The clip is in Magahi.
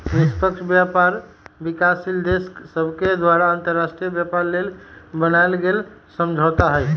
निष्पक्ष व्यापार विकासशील देश सभके द्वारा अंतर्राष्ट्रीय व्यापार लेल बनायल गेल समझौता हइ